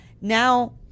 Now